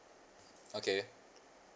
okay